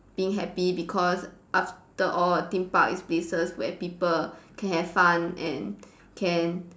being happy because after all theme park is places where people can have fun and can